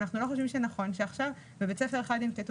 אנחנו לא חושבים שנכון שעכשיו בבית ספר אחד ינקטו